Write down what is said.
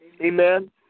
Amen